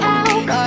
out